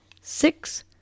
six